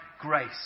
grace